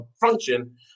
function